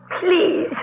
Please